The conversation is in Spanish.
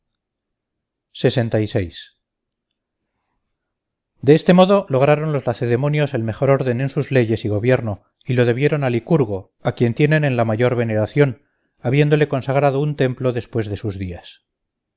senadores de este modo lograron los lacedemonios el mejor orden en sus leyes y gobierno y lo debieron a licurgo a quien tienen en la mayor veneración habiéndole consagrado un templo después de sus días